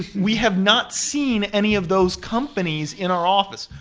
we have not seen any of those companies in our office.